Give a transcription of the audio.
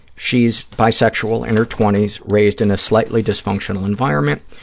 she's bisexual, in her twenty s, raised in a slightly dysfunctional environment,